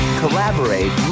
collaborate